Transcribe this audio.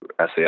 sas